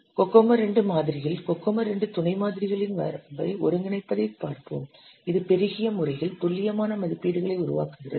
COCOMO II மாதிரியில் COCOMO II துணை மாதிரிகளின் வரம்பை ஒருங்கிணைப்பதைப் பார்ப்போம் இது பெருகிய முறையில் துல்லியமான மதிப்பீடுகளை உருவாக்குகிறது